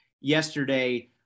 yesterday